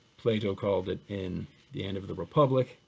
plato called it in the end of the republic,